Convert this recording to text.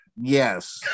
yes